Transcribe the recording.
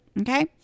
Okay